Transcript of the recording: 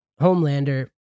Homelander